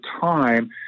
time